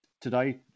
Today